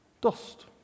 dust